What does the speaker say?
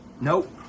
nope